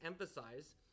emphasize